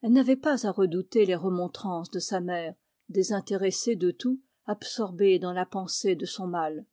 elle n'avait pas à redouter les remontrances de sa mère désintéressée de tout absorbée dans la pensée de son mal